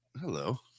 Hello